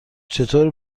چطور